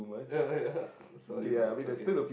oh yeah sorry sorry okay